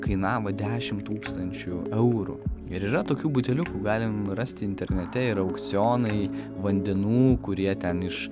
kainavo dešimt tūkstančių eurų ir yra tokių buteliukų galim rasti internete yra aukcionai vandenų kurie ten iš